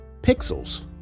pixels